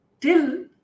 till